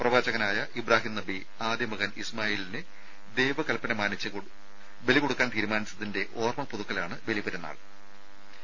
പ്രവാചകനായ ഇബ്രാഹിം നബി ആദ്യ മകൻ ഇസ്മായിലിനെ ദൈവ കൽപന മാനിച്ച് ബലി കൊടുക്കാൻ തീരുമാനിച്ചതിന്റെ ഓർമ പുതുക്കലാണ് ബലിപെരുന്നാൾ അഥവാ ഈദുൽ അദ്ഹ